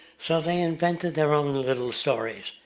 so they invented their own little stories,